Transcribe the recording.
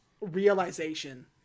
realization